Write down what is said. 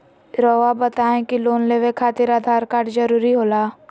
रौआ बताई की लोन लेवे खातिर आधार कार्ड जरूरी होला?